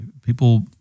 People